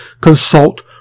consult